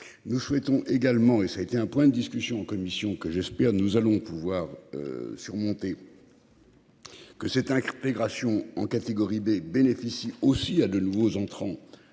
Nous souhaitons également et ça a été un point de discussion en commission que j'espère nous allons pouvoir. Surmonter. Que cette inculpés Gration en catégorie B bénéficie aussi à de nouveaux entrants.